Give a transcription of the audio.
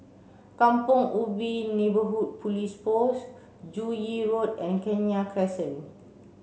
Kampong Ubi Neighbourhood Police Post Joo Yee Road and Kenya Crescent